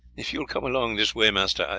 if you will come along this way, master,